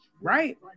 right